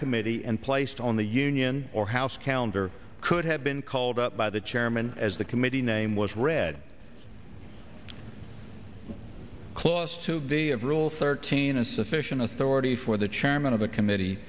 committee and placed on the union or house calendar could have been called up by the chairman as the committee name was read clause to the of rule thirteen a sufficient authority for the chairman of the committee